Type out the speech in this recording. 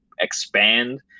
expand